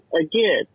again